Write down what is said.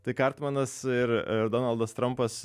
tai kartmanas ir ir donaldas trampas